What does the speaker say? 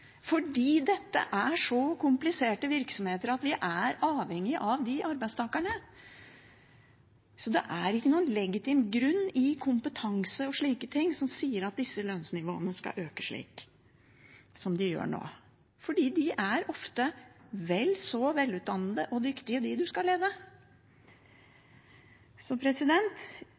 fordi dette er så kompliserte virksomheter at vi er avhengige av de arbeidstakerne. Så det er ingen legitim grunn i kompetanse og slike ting som sier at disse lønnsnivåene skal øke slik de gjør nå, for de er ofte vel så velutdannede og dyktige, dem man skal